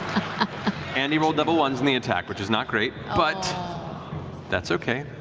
and he rolled double ones in the attack, which is not great, but that's okay,